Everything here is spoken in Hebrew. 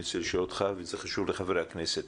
אני רוצה לשאול אותך וזה חשוב לחברי הכנסת.